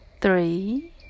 three